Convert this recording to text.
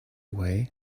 way